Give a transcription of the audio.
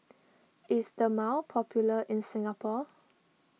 is Dermale popular in Singapore